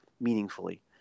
meaningfully